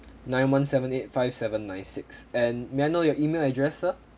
nine one seven eight five seven nine six and may l know your email address sir